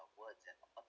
a words and a